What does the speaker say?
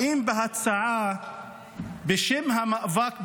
באים בהצעה בשם "המאבק בטרור"